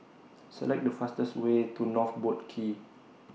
Select The fastest Way to North Boat Quay